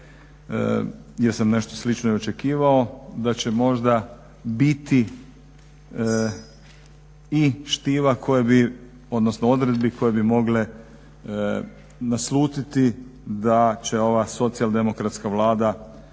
jer sam nešto slično i očekivao, da će možda biti i štiva koje bi, odnosno odredbi koje bi mogle naslutiti da će ova socijaldemokratska Vlada